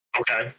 Okay